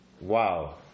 wow